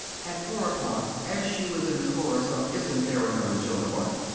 at four o'clock, as she was in the chorus of isn't there another joan of arc?